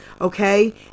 Okay